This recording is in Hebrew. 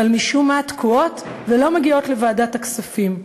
אבל משום מה תקועים ולא מגיעים לוועדת הכספים.